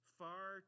far